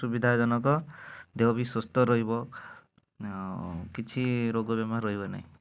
ସୁବିଧା ଜନକ ଦେହ ବି ସୁସ୍ଥ ରହିବ କିଛି ରୋଗ ବେମାର ରହିବ ନାହିଁ